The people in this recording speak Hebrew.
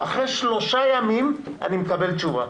אחרי שלושה ימים אני מקבל תשובה.